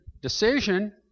decision